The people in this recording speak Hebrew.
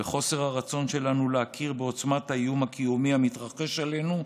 וחוסר הרצון שלנו להכיר בעוצמת האיום הקיומי המתרגש עלינו,